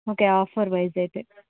okay offer wise అయితే